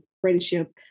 friendship